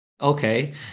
Okay